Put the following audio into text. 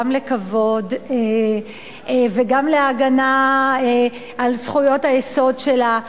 גם לכבוד וגם להגנה על זכויות היסוד שלה,